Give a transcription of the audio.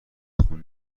خون